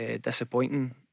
disappointing